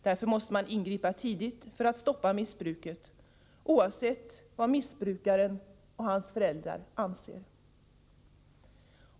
Därför måste man ingripa tidigt för att stoppa missbruket — oavsett vad missbrukaren och hans föräldrar anser.